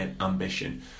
ambition